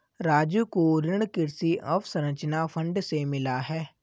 राजू को ऋण कृषि अवसंरचना फंड से मिला है